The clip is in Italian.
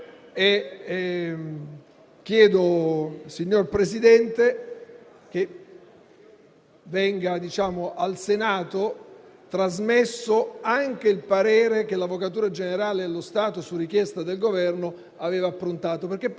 È questa la ragione per cui le resistenze a norme come quella in esame sono sempre molto alte. In Puglia la normativa sulla doppia preferenza è stata vittima di una gigantesca ipocrisia, perché il partito contro le donne non conosce colore politico: